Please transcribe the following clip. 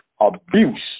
abuse